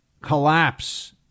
collapse